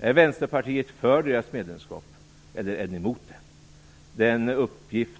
Är Vänsterpartiet för deras medlemskap eller är ni emot det?